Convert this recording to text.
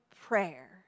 prayer